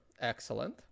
Excellent